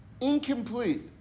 incomplete